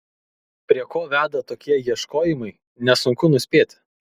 prie ko veda tokie ieškojimai nesunku nuspėti